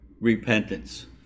repentance